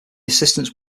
assistant